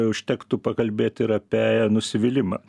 užtektų pakalbėti ir apie nusivylimą